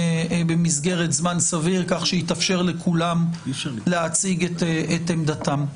במסגרת זמן סביר כך שיתאפשר לכולם להציג עמדתכם.